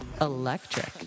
Electric